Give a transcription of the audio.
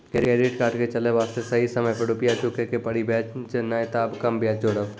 Credit card के चले वास्ते सही समय पर रुपिया चुके के पड़ी बेंच ने ताब कम ब्याज जोरब?